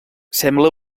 sembla